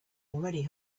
already